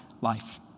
life